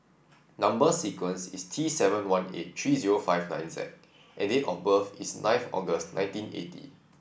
number sequence is T seven one eight three zero five nine Z and date of birth is ninth August nineteen eighty